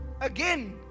Again